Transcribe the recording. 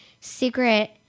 secret